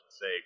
say